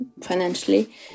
financially